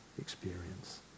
experience